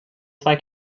zwei